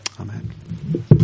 amen